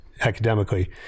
academically